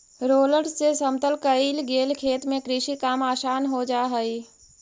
roller से समतल कईल गेल खेत में कृषि काम आसान हो जा हई